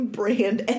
brand